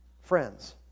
friends